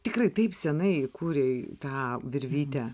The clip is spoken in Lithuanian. tikrai taip seniai įkūrei tą virvytę